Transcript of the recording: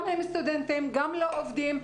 הם סטודנטים, לא עובדים.